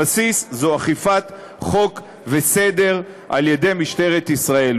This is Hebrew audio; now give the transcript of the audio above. הבסיס זה אכיפת חוק וסדר על ידי משטרת ישראל.